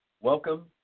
welcome